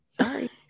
Sorry